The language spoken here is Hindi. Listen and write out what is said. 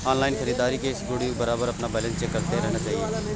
ऑनलाइन खरीदारी के इस युग में बारबार अपना बैलेंस चेक करते रहना चाहिए